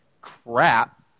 crap